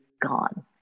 gone